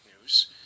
news